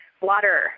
water